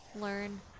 learn